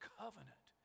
covenant